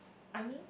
army